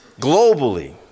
globally